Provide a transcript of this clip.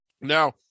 Now